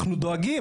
אנחנו דואגים,